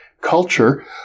culture